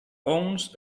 owns